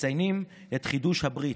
מציינים את חידוש הברית,